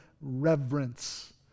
reverence